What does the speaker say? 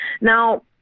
Now